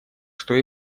что